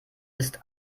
ist